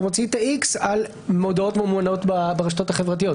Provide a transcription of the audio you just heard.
מוציא את ה-X על מודעות ממומנות ברשתות החברתיות?